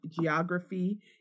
geography